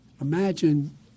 Imagine